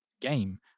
game